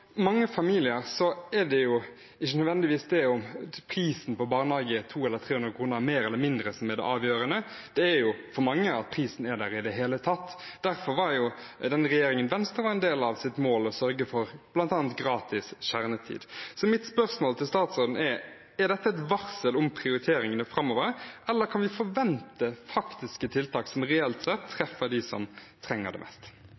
mange familier er det ikke nødvendigvis 200 kr eller 300 kr høyere eller lavere pris på barnehage som er det avgjørende; det er at prisen er der i det hele tatt. Derfor var målet til den regjeringen Venstre var en del av, å sørge for bl.a. gratis kjernetid. Mitt spørsmål til statsråden er: Er dette et varsel om prioriteringene framover, eller kan vi forvente praktiske tiltak som reelt sett treffer dem som trenger det mest?